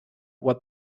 what